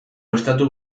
estatu